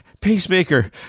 Pacemaker